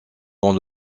dans